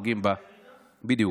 בהרוגים, הייתה ירידה במספר, בדיוק.